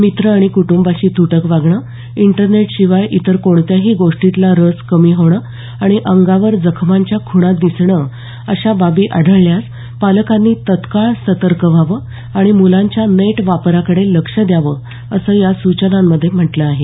मित्र आणि कुटुंबाशी तुटक वागणं इंटरनेट शिवाय इतर कोणत्याही गोष्टीतल रस कमी होणं आणि अंगावर जखमांच्या खुणा दिसणं अशा बाबी आढळल्यास पालकांनी तत्काळ सतर्क व्हावं आणि मुलांच्या नेट वापराकडे लक्ष द्यावं असं या सूचनांमध्ये म्हटलं आहे